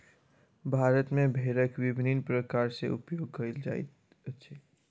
भारत मे भेड़क विभिन्न प्रकार सॅ उपयोग कयल जाइत अछि